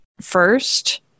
first